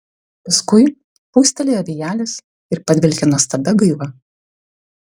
paskui pūstelėjo vėjelis ir padvelkė nuostabia gaiva